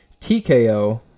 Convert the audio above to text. TKO